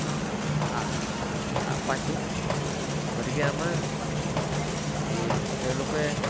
পাইছে গতিকে আমাৰ এই তেওঁলোকে